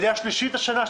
עלייה שלישית השנה,